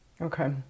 Okay